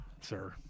sir